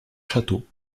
châteaux